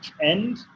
end